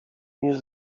niż